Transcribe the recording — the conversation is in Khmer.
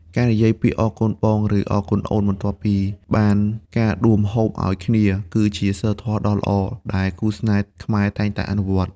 ការនិយាយពាក្យ "អរគុណបង" ឬ "អរគុណអូន" បន្ទាប់ពីទទួលបានការដួសម្ហូបឱ្យគ្នា គឺជាសីលធម៌ដ៏ល្អដែលគូស្នេហ៍ខ្មែរតែងតែអនុវត្ត។